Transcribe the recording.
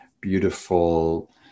beautiful